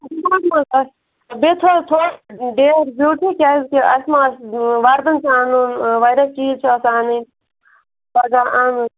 نہَ نہِ بیٚیہِ تھاوَو تھوڑا ڈیٚے حظ برٛونٛٹھٕے کیٛازکہِ اَسہِ ما آسہِ وَردَن تہِ اَنُن واریاہ چیٖز چھِ آسان اَنٕنۍ پَگاہ اَنٕنۍ